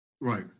Right